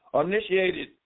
initiated